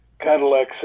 Cadillac